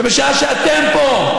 שבשעה שאתם פה,